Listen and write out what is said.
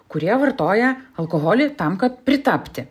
kurie vartoja alkoholį tam kad pritapti